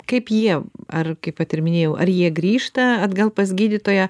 kaip jie ar kaip vat ir minėjau ar jie grįžta atgal pas gydytoją